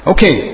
Okay